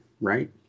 right